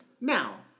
Now